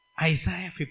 Isaiah